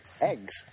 Eggs